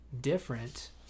different